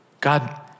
God